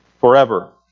forever